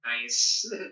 nice